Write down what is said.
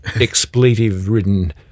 expletive-ridden